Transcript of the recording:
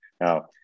Now